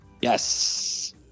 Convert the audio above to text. Yes